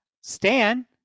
Stan